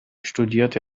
studierte